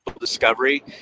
Discovery